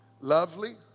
Lovely